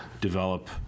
Develop